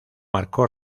marcó